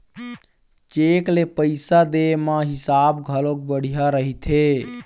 cheque ले पइसा दे म हिसाब घलोक बड़िहा रहिथे